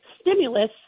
stimulus